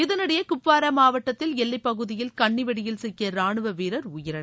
இதனிடையே குப்வாரா மாவட்டத்தில் எல்லைப் பகுதியில் கன்னிவெடியில் சிக்கிய ராணுவ வீரர் உயிரிழந்தாள்